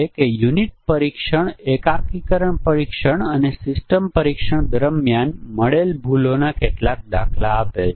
અને ઘટાડોની સંખ્યા અને પરીક્ષણના કેસોની આવશ્યકતા ખરેખર નાટકીય છે